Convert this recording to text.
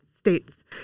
states